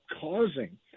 causing